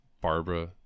Barbara